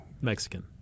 Mexican